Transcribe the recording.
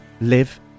live